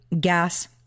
gas